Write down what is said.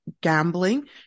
gambling